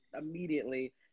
immediately